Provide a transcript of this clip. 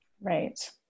Right